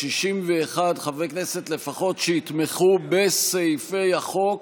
ל-61 חברי כנסת לפחות שיתמכו בסעיפי החוק